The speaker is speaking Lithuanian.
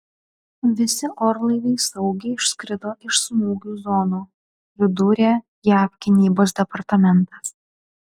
visi orlaiviai saugiai išskrido iš smūgių zonų pridūrė jav gynybos departamentas